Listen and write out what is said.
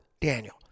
Daniel